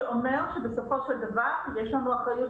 שאומרת שבסופו של דבר יש לנו אחריות